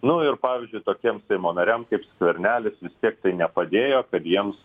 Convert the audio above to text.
nu ir pavyzdžiui tokiem seimo nariam kaip skvernelis vis tiek tai nepadėjo kad jiems